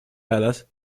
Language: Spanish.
hadas